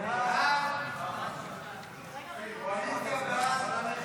סעיפים 1 17